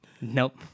nope